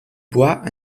bois